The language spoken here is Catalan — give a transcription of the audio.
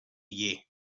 lli